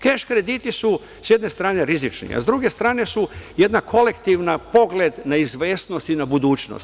Keš krediti su sa jedne strane rizični, a sa druge strane su jedna kolektivni pogled na izvesnost i na budućnost.